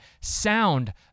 sound